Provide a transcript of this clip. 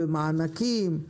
במענקים,